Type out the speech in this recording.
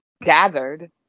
gathered